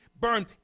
burned